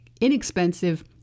inexpensive